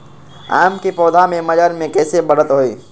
आम क पौधा म मजर म कैसे बढ़त होई?